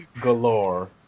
galore